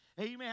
Amen